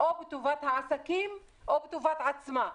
או בטובות העסקים או בטובת עצמה.